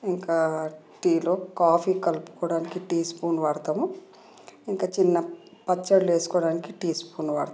ఇంకా టీలో కాఫీ కలుపుకోవడానికి టీ స్పూన్ వాడతాము ఇంకా చిన్న పచ్చళ్ళు వేసుకోవడానికి టీ స్పూన్ వాడతాం